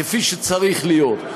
כפי שצריך להיות.